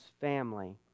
family